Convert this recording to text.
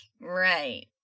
Right